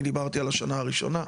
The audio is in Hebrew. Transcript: אני דיברתי על השנה הראשונה,